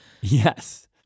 Yes